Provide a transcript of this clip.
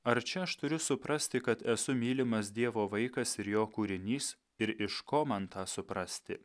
ar čia aš turiu suprasti kad esu mylimas dievo vaikas ir jo kūrinys ir iš ko man tą suprasti